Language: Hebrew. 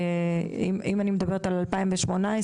אם אני מדברת על 2018,